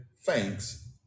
thanks